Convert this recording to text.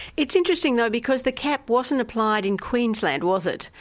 it's interesting though, because the cap wasn't applied in queensland, was it?